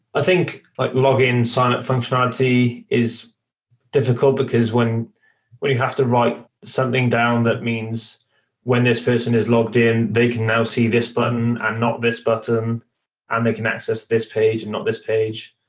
i think like login sign up functionality is diffi cult, because when when you have to write something down, that means when this person is logged in, they can now see this button and not this button and they can access this page and not this page.